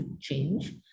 change